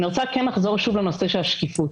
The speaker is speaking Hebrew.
אני רוצה כן לחזור שוב לנושא של השקיפות.